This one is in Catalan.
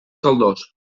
caldós